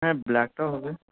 হ্যাঁ ব্ল্যাকটাও হবে